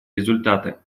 результаты